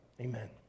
amen